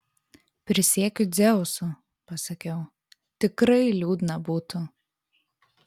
prisiekiu dzeusu pasakiau tikrai liūdna būtų